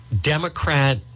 Democrat